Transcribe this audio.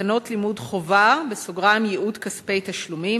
ותקנות לימוד חובה (ייעוד כספי תשלומים),